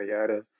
yada